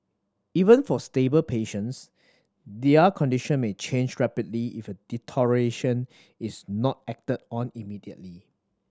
even for stable patients their condition may change rapidly if a deterioration is not acted on immediately